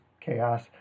chaos